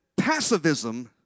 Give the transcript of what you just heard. Passivism